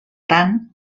tant